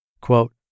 Quote